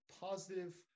positive